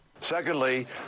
Secondly